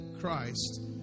Christ